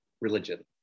religion